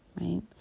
right